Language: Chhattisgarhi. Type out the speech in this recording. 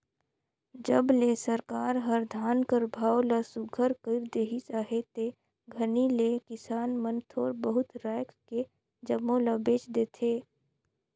जब ले सरकार हर धान कर भाव ल सुग्घर कइर देहिस अहे ते घनी ले किसान मन थोर बहुत राएख के जम्मो ल बेच देथे